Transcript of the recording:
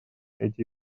эти